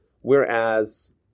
Whereas